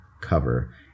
cover